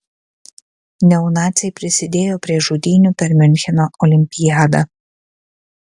neonaciai prisidėjo prie žudynių per miuncheno olimpiadą